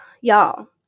y'all